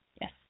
Yes